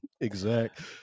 exact